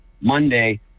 Monday